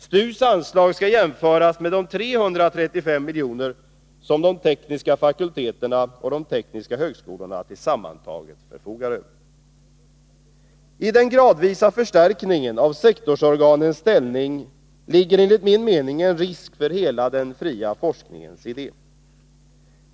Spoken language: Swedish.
STU:s anslag skall jämföras med de 335 milj.kr. som de tekniska fakulteterna och de tekniska högskolorna tillsammantaget förfogar över. I den gradvisa förstärkningen av sektorsorganens ställning ligger enligt min mening en risk för hela den fria forskningens idé.